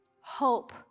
Hope